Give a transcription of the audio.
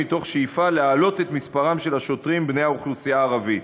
מתוך שאיפה להגדיל את מספר השוטרים בני האוכלוסייה הערבית.